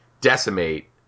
decimate